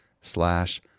slash